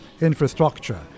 infrastructure